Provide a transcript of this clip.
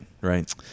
Right